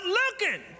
looking